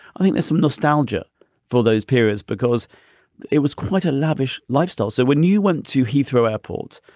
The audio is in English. i think there's some nostalgia for those periods because it was quite a lavish lifestyle. so when you went to heathrow airport,